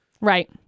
Right